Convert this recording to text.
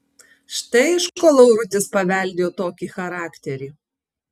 štai iš ko laurutis paveldėjo tokį charakterį